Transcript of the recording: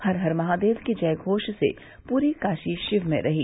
हर हर महादेव के जयघोष से पूरी काशी शिवमय रही